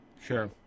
Sure